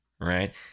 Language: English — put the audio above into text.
right